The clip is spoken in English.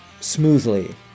smoothly